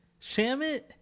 Shamit